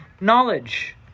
knowledge